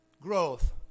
growth